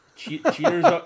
cheaters